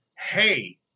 hey